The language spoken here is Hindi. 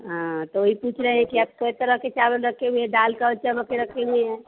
हाँ तो वही पुछ रहे है की आप कै तरह के चावल रखे हुए है दाल का रखें हुए है